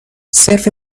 صرف